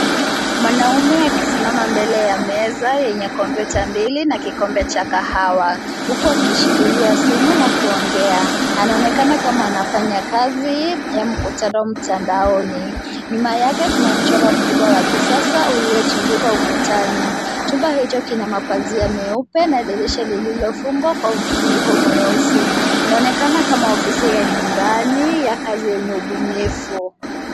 Mwanaume akisimama mbele ya meza yenye kompyuta mbili na kikombe cha kahawa, huku akishikilia simu na kuongea. Anaonekana kama anafanya kazi ya mkutano mtandaoni. Nyuma yake kuna mchoro mkubwa wa kisasa uliotundikwa ukutani. Chumba hicho kina mapazia meupe na dirisha lililofungwa kwa mfuniko mweusi; inaonekana kama ofisi ya nyumbani ya kazi yenye ubunifu.